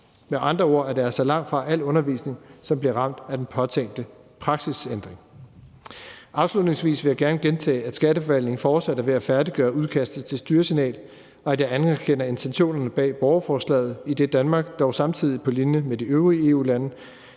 Med andre ord er det altså langtfra al undervisning, som bliver ramt af den påtænkte praksisændring. Afslutningsvis vil jeg gerne gentage, at Skatteforvaltningen fortsat er ved at færdiggøre udkastet til styresignal, og at jeg anerkender intentionerne bag borgerforslaget, idet Danmark dog samtidig på linje med de øvrige EU-lande